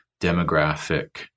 demographic